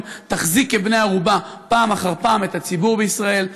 תחזיק כבני-ערובה פעם אחר פעם את הציבור בישראל.